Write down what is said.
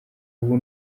ubu